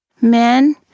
Men